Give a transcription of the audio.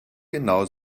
genau